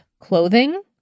clothing